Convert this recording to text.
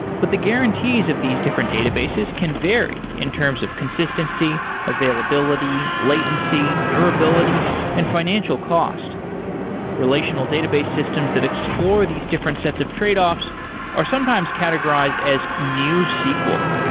but the guarantees of these different databases can vary in terms of consistency, availability, latency, durability and financial cost relational database systems that explore these different sets of trade-offs are sometimes categorized as new sql.